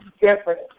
different